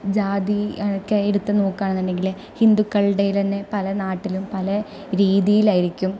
ജാതിയൊക്കെ എടുത്ത് നോക്കുകയാന്ന് ഉണ്ടെങ്കിൽ ഹിന്ദുക്കളുടെ ഇടയിൽ തന്നെ പല നാട്ടിലും പല രീതിയിലായിരിക്കും